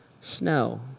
snow